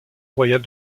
royale